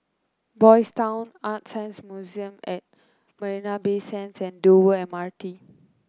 Boys' Town ArtScience Museum at Marina Bay Sands and Dover M R T